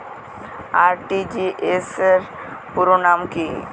RTGS র পুরো নাম কি?